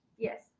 Yes